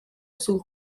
sul